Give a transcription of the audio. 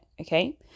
Okay